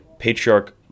Patriarch